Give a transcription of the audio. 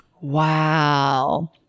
wow